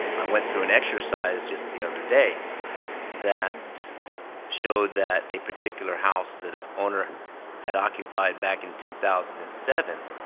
i went through an exercise just the other day that showed that a particular house that an owner had occupied back in two thousand and seven,